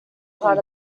part